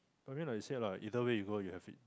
but then you say lah either way you go you have it